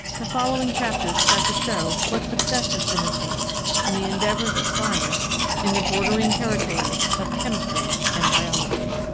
the following chapters try to show what success has been attained in the endeavours of science in the bordering territories of chemistry and biology.